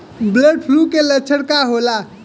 Bird flu के लक्षण का होला?